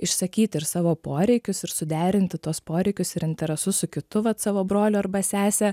išsakyti ir savo poreikius ir suderinti tuos poreikius ir interesus su kitu vat savo broliu arba sese